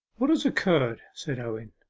what has occurred said owen.